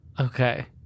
Okay